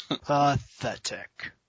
Pathetic